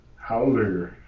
Hallelujah